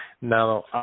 Now